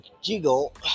Jiggle